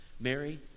Mary